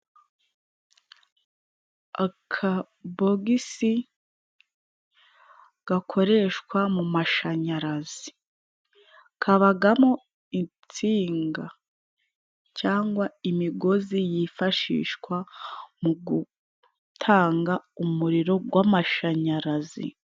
Akabogisi gakoreshwa mu mashanyarazi, kabagamo insinga cyangwa imigozi yifashishwa mu gutanga umuriro gw'amashanyarazi.